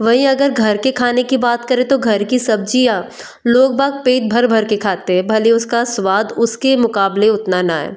वहीं अगर घर के खाने की बात करें तो घर की सब्ज़ियाँ लोग बाग पेग भर भर कर खाते हैं भले उसका स्वाद उसके मुकाबले उतना न आए